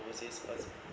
overseas ones